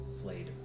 flayed